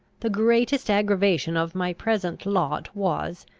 the greatest aggravation of my present lot was,